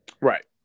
Right